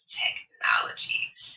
technologies